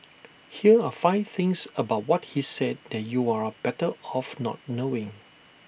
here are five things about what he said that you're better off not knowing